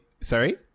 Sorry